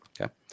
Okay